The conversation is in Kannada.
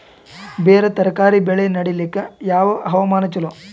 ಬೇರ ತರಕಾರಿ ಬೆಳೆ ನಡಿಲಿಕ ಯಾವ ಹವಾಮಾನ ಚಲೋ?